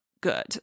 good